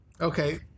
okay